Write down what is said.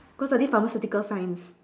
cause I did pharmaceutical science